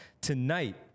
tonight